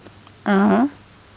(uh huh)